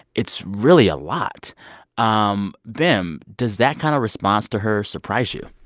it's really a lot um bim, does that kind of response to her surprise you?